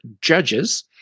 judges